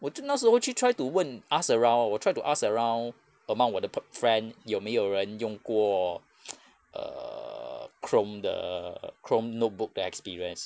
我就那时候去 try to 问 ask around 我 try to ask around among 我的 p~ friend 有没有人用过 err chrome 的 chrome notebook 的 experience